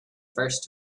first